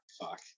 fuck